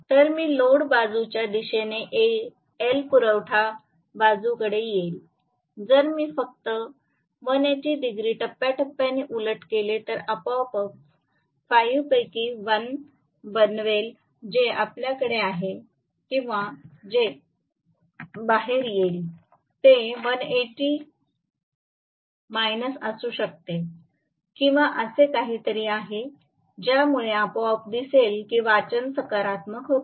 तर मी लोड बाजूच्या दिशेने एल पुरवठा बाजूकडे येईल जर मी फक्त 180 डिग्री टप्प्याटप्प्याने उलट केले तर आपोआप 5 पैकी 1 बनवेल जे आपल्याकडे आहे किंवा जे बाहेर येईल ते 180 वजा असू शकते किंवा असे काहीतरी आहे ज्यामुळे आपोआप दिसेल की वाचन सकारात्मक होते